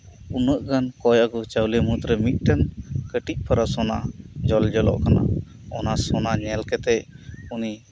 ᱩᱱᱟᱹᱜ ᱜᱟᱱ ᱠᱚᱭ ᱟᱹᱜᱩ ᱪᱟᱣᱞᱤ ᱢᱩᱫᱽᱨᱮ ᱢᱤᱫᱴᱮᱱ ᱠᱟᱹᱴᱤᱡ ᱯᱟᱨᱟ ᱥᱚᱱᱟ ᱡᱚᱞᱡᱚᱞᱚᱜ ᱠᱟᱱᱟ ᱚᱱᱟ ᱥᱚᱱᱟ ᱧᱮᱞ ᱠᱟᱛᱮᱜ ᱩᱱᱤᱭ